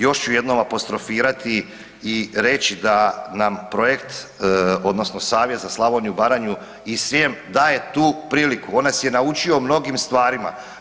Još ću jednom apostrofirati i reći da nam projekt odnosno Savjet za Slavoniju, Baranju i Srijem daje tu priliku, on nas je naučio mnogim stvarima.